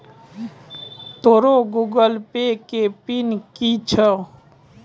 तोरो Google Pay के PIN कि छौं?